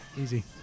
easy